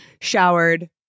showered